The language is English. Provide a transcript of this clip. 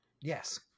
yes